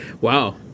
Wow